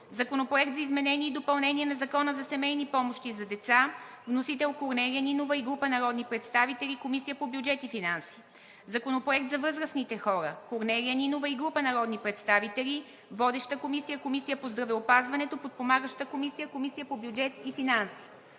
Законопроект за изменение и допълнение на Закона за семейни помощи за деца. Вносител – Корнелия Нинова и група народни представители. Водеща е Комисията по бюджет и финанси. Законопроект за възрастните хора. Вносител – Корнелия Нинова и група народни представители. Водеща е Комисията по здравеопазването, подпомагаща е Комисията по бюджет и финанси.